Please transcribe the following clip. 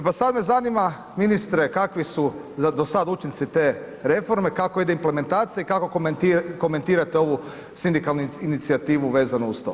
E pa sad me zanima ministre kakvi su do sad učinci te reforme, kako ide implementacija i kako komentirate ovu sindikalnu inicijativu vezano uz to?